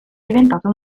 diventato